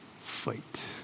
fight